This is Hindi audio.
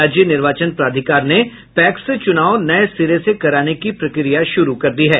राज्य निर्वाचन प्राधिकार ने पैक्स चुनाव नये सिरे से कराने की प्रक्रिया शुरू कर दी है